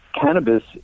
cannabis